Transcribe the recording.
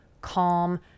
calm